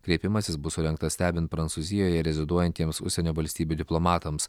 kreipimasis bus surengtas stebint prancūzijoje reziduojantiems užsienio valstybių diplomatams